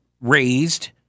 raised